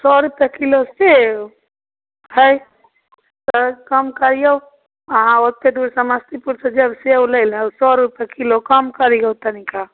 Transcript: सओ रुपैए किलो सेब हइ तऽ कम करिऔ अहाँ ओतेक दूर समस्तीपुरसँ जाएब सेब लैलए सओ रुपैए किलो कम करिऔ तनिका